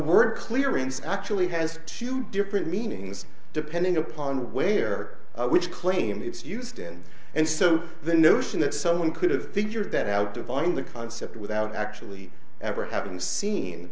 word clearance actually has two different meanings depending upon where which claim it's used in and so the notion that someone could have figured that out dividing the concept without actually ever having seen